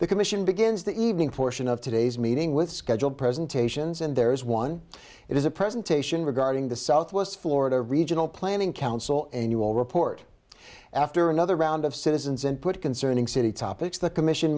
the commission begins the evening portion of today's meeting with scheduled presentations and there is one it is a presentation regarding the southwest florida regional planning council annual report after another round of citizens and put concerning city topics the commission